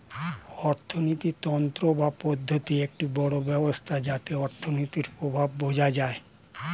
অর্থিনীতি তন্ত্র বা পদ্ধতি একটি বড় ব্যবস্থা যাতে অর্থনীতির প্রভাব বোঝা যায়